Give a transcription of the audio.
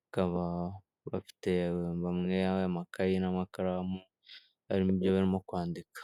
bakaba bafite bamwe amakaye n'amakaramu harimo ibyo barimo kwandika.